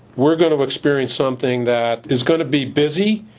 we're going to experience something that is going to be busy